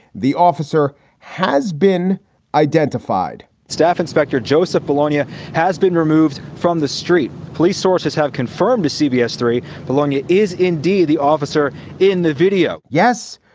the officer has been identified staff inspector joseph polonia has been removed from the street. police sources have confirmed to cbs three. polonia is indeed the officer in the video yes,